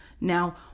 Now